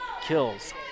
kills